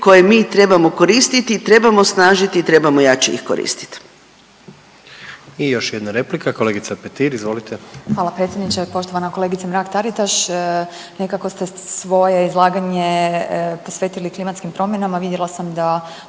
koje mi trebamo koristiti i trebamo osnažiti i trebamo jače ih koristiti. **Jandroković, Gordan (HDZ)** I još jedna replika. Kolegica Petir izvolite. **Petir, Marijana (Nezavisni)** Hvala predsjedniče. Poštovana kolegice Mrak Taritaš, nekako ste svoje izlaganje posvetili klimatskim promjenama, vidjela sam da